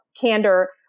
candor